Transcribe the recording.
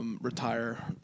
Retire